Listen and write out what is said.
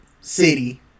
city